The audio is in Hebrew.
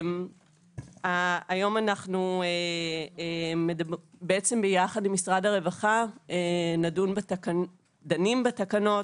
היום אנו יחד עם משרד הרווחה, דנים בתקנות,